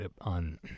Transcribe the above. on